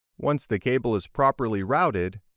once the cable is properly routed,